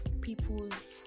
people's